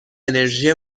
انرژی